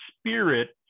Spirit